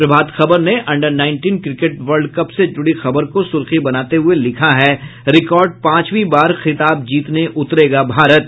प्रभात खबर ने under nineteen cricket world cup से जुड़ी खबर को सुर्खी बनाते हुये लिखा है रिकॉर्ड पांचवी बार खिताब जीतने उतरेगा भारत